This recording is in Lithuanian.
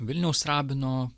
vilniaus rabino